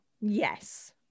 yes